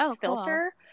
filter